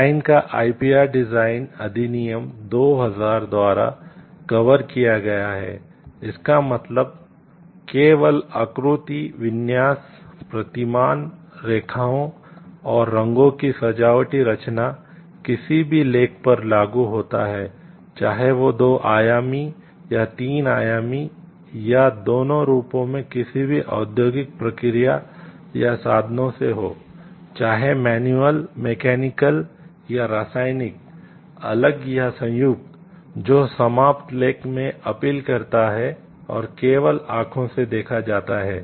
design या रासायनिक अलग या संयुक्त जो समाप्त लेख में अपील करता है और केवल आंखों से देखा जाता है